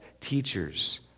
teachers